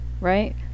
Right